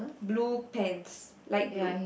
blue pants light blue